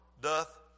doth